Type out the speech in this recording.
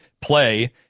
play